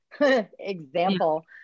example